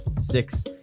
Six